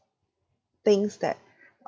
things that